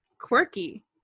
quirky